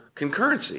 concurrency